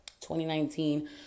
2019